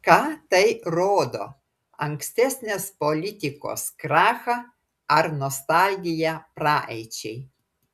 ką tai rodo ankstesnės politikos krachą ar nostalgiją praeičiai